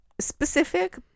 Specific